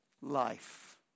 Life